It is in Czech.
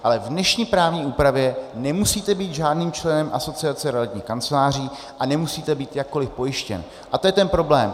Ale v dnešní právní úpravě nemusíte být žádným členem Asociace realitních kanceláří a nemusíte být jakkoliv pojištěn a to je ten problém.